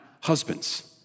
husbands